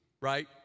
right